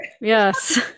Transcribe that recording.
Yes